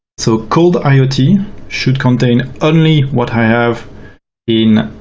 so code iot should contain only what i have in